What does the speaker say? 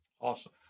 Awesome